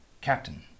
Captain